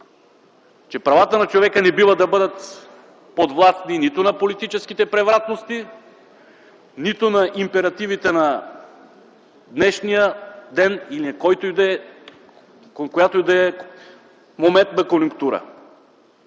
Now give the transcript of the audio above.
че правата на човека не бива да бъдат подвластни нито на политическите превратности, нито на императивите на днешния ден или който и да е, към която